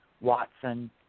Watson